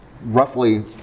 roughly